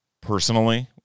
Personally